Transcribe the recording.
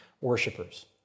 Worshippers